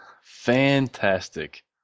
Fantastic